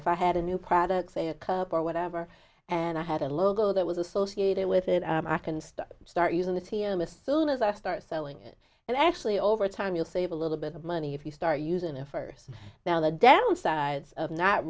if i had a new product say a cup or whatever and i had a logo that was associated with it i can start start using the t m a still as i start selling it and actually over time you'll save a little bit of money if you start using a first now the downsides of not